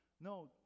No